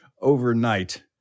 overnight